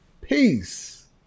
peace